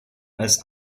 als